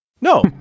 No